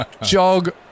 Jog